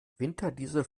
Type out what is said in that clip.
winterdiesel